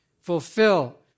Fulfill